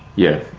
yeah.